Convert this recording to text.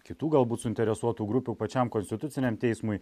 kitų galbūt suinteresuotų grupių pačiam konstituciniam teismui